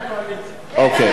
הצעת חוק כביש אגרה (כביש ארצי לישראל) (תיקון,